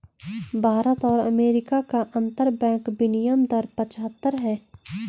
भारत और अमेरिका का अंतरबैंक विनियम दर पचहत्तर है